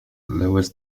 lewes